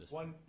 one